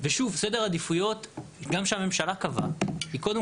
ושוב סדר עדיפויות גם שהממשלה קבעה היא קודם